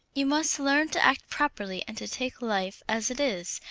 you must learn to act properly and to take life as it is.